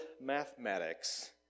mathematics